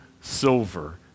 silver